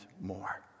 more